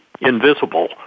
invisible